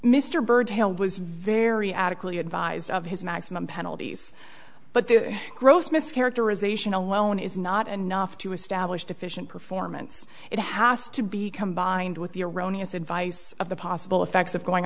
mr byrd hill was very adequately advised of his maximum penalties but the gross mischaracterization alone is not enough to establish deficient performance it has to be combined with the erroneous advice of the possible effects of going